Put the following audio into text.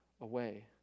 away